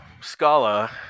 Scala